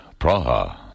Praha